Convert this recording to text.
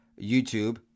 YouTube